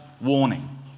warning